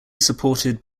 supported